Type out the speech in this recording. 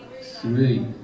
three